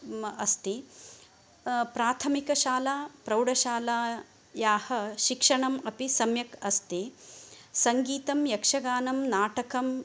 अस्ति प्राथमिक शाला प्रौढशालायाः शिक्षणम् अपि सम्यक् अस्ति सङ्गीतं यक्षगानं नाटकं